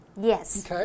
Yes